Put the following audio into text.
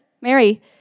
Mary